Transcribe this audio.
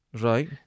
Right